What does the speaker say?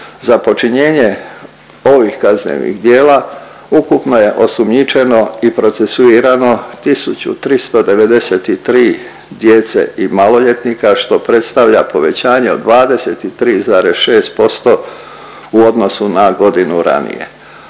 Za počinjenje ovih kaznenih djela ukupno je osumnjičeno i procesuirano 1.393 djece i maloljetnika, što predstavlja povećanje od 23,6% u odnosu na godinu ranije.